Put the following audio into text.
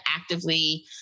actively